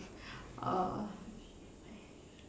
uh